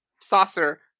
saucer